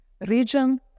region